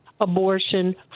abortion